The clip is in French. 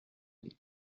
les